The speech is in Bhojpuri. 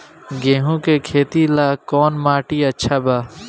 गेहूं के खेती ला कौन माटी अच्छा बा?